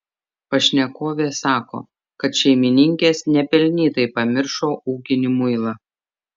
pašnekovė sako kad šeimininkės nepelnytai pamiršo ūkinį muilą